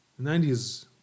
90s